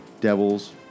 devils